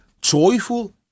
Joyful